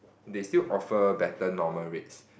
they still offer better normal rates